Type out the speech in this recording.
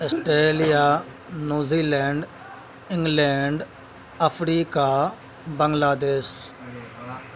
Australia New Zealand England Africa بنگلہ دیش